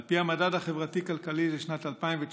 על פי המדד החברתי-כלכלי לשנת 2019